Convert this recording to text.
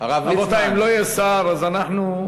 הרב ליצמן, רבותי, אם לא יהיה שר אנחנו נאפשר,